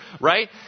right